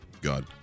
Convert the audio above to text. God